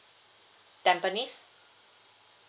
tampines